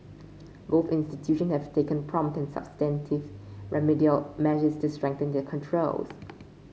both institutions have taken prompt and substantive remedial measures to strengthen their controls